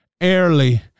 early